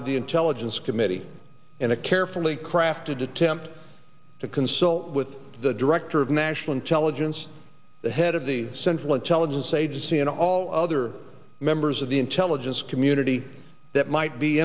of the intelligence committee and a carefully crafted attempt to consult with the director of national intelligence the head of the central intelligence agency and all other members of the intelligence community that might be